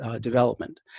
development